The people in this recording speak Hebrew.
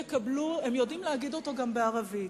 יקבלו" הם יודעים להגיד אותו גם בערבית.